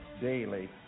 daily